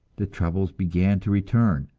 the troubles began to return.